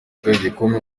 igikombe